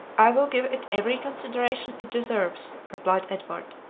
i will give it every consideration it deserves, replied edward.